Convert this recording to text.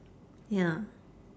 ya